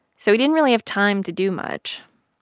so he didn't really have time to do much.